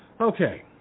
Okay